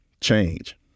change